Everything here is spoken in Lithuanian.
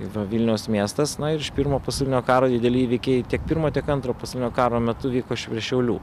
tai va vilniaus miestas na ir iš pirmo pasaulinio karo dideli įvykiai tiek pirmo tiek antro pasaulinio karo metu vyko virš šiaulių